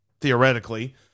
theoretically